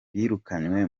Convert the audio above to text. birukanywe